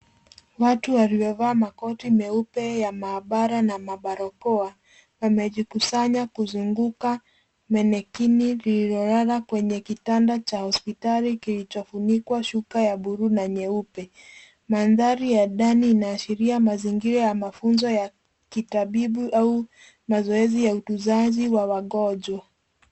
Watu waliovaa makoti meupe ya maabara na mabarakoa wamejikusanya kuzunguka manequin liliolala kwenye kitanda cha hospitali kilicho funikwa shuka ya bluu na nyeupe. Maandari ya ndani inaashiria mazingira ya mafunzo ya kitabibu au mazoezi ya utunzaji wa wangojwa.